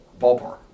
ballpark